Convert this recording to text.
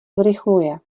zrychluje